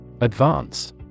Advance